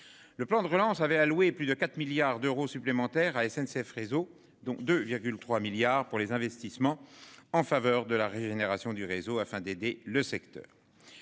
Le plan de relance avait alloué, plus de 4 milliards d'euros supplémentaires à SNCF réseau donc 2,3 milliards pour les investissements en faveur de la rémunération du réseau afin d'aider le secteur.